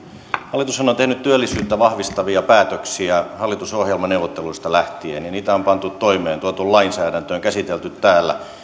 hallitushan on tehnyt työllisyyttä vahvistavia päätöksiä hallitusohjelmaneuvotteluista lähtien ja niitä on pantu toimeen tuotu lainsäädäntöön käsitelty täällä